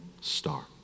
star